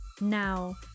Now